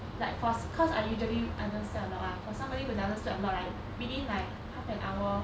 like fast cause I usually I don't sweat a lot lah for somebody who doesn't sweat a lot right within like half an hour